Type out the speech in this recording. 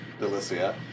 Delicia